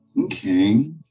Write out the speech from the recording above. Okay